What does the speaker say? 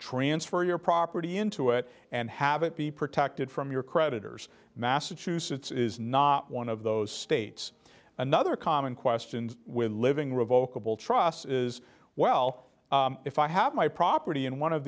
transfer your property into it and have it be protected from your creditors massachusetts is not one of those states another common questions with a living revokable trusts is well if i have my property in one of